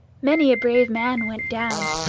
many a brave man went down,